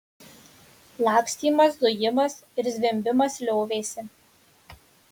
lakstymas zujimas ir zvimbimas liovėsi